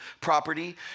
property